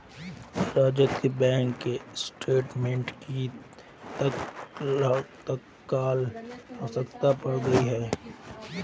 रजत को bank statement की तत्काल आवश्यकता पड़ गई है